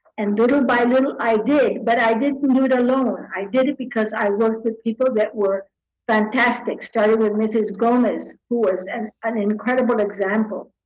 and had little by little i did. but i didn't do it alone. i did it because i worked with people that were fantastic. starting with mrs. gomez who was and an incredible example.